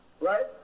right